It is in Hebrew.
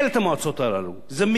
זה מיותר לחלוטין.